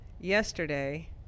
yesterday